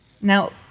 Now